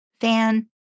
fan